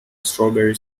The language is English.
strawberry